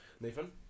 Nathan